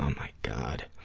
um my god.